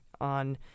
on